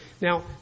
Now